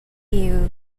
you